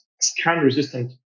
scan-resistant